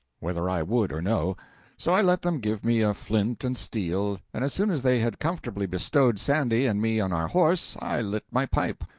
whether i would or no so i let them give me a flint and steel and as soon as they had comfortably bestowed sandy and me on our horse, i lit my pipe.